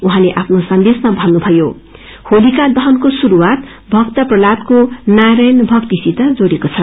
उहाँले आफ्नो सदिशामा भन्नुथयो होलिका दहनको शुस्वात भक्त प्रह्लादको नारायण भक्तिसित जोड़िएको छ